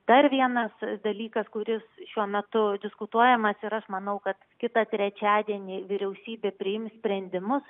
dar vienas dalykas kuris šiuo metu diskutuojamas ir aš manau kad kitą trečiadienį vyriausybė priims sprendimus